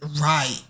Right